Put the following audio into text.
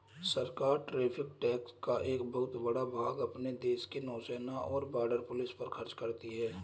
सरकार tariff tax का एक बहुत बड़ा भाग अपने देश के नौसेना और बॉर्डर पुलिस पर खर्च करती हैं